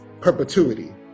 perpetuity